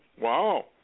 Wow